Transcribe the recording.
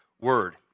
word